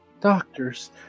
doctors